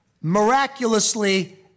miraculously